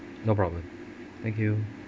no problem thank you